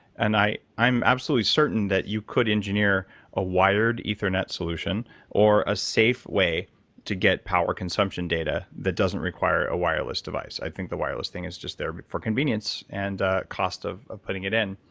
and i'm absolutely certain that you could engineer a wired ethernet solution or a safe way to get power consumption data that doesn't require a wireless device. i think the wireless thing is just there for convenience and cost of of putting it in.